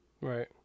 Right